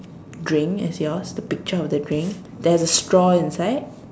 drink as yours the picture of the drink there's a straw inside